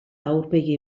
aurpegi